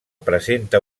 presenta